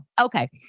Okay